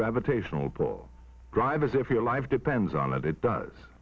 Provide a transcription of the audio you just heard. gravitational pull drive as if your life depends on it it does